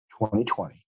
2020